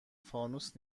فانوس